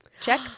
Check